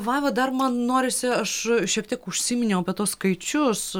vaiva dar man norisi aš šiek tiek užsiminiau apie tuos skaičius